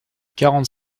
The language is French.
quarante